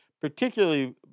particularly